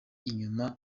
inyuma